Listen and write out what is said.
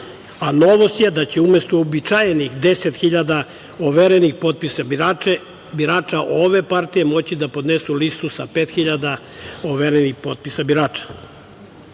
A novost je da će umesto uobičajenih 10.000 overenih potpisa birača, ove partije moći da podnesu listu sa 5.000 overenih potpisa